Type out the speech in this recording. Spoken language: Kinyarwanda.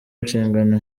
inshingano